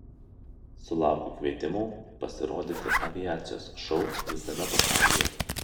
sulaukiu kvietimų pasirodyti aviacijos šou visame pasaulyje